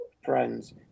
friends